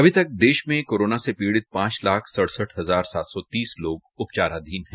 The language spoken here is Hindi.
अभी तक देश में कोरोना से पीड़ित पांच लाख सतसठ हजार सात सौ तीस लोग उपचाराधीन है